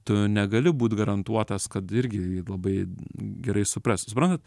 tu negali būt garantuotas kad irgi jį labai gerai supras suprantat